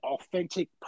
authentic